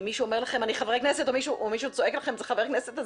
אם מישהו אומר לכם שהוא חבר כנסת או מישהו צועק שזה חבר כנסת,